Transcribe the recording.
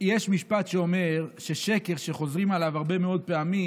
יש משפט שאומר ששקר שחוזרים עליו הרבה מאוד פעמים,